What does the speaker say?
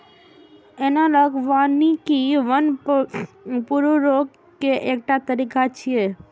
analogue वानिकी वन पुनर्रोपण के एकटा तरीका छियै